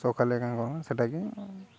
ସକାଳେ କାଁ କର୍ମା ସେଇଟାକି